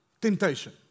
temptation